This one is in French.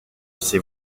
ses